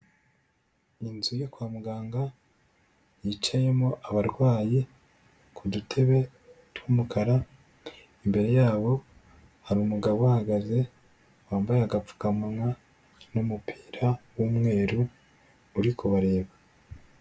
Inzu yo kwa muganga, yicayemo abarwayi ku dutebe tw'umukara, imbere yabo hari umugabo uhahagaze wambaye agapfukamunwa n'umupira w'umweru uri kubareba.